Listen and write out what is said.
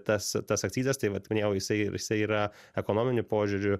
tas tas akcizas tai vat minėjau jisai jisai yra ekonominiu požiūriu